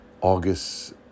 August